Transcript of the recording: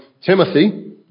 Timothy